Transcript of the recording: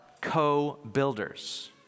co-builders